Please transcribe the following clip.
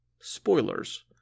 spoilers